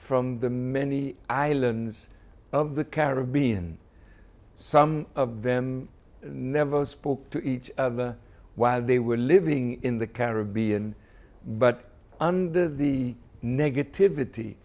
from the many islands of the caribbean and some of them never spoke to each other while they were living in the caribbean but under the negativity